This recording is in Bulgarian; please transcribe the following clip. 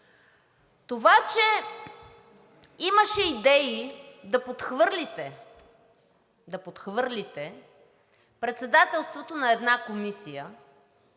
Това че имаше идеи да подхвърлите председателството на една комисия,